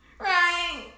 Right